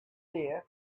this